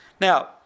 Now